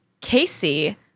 Casey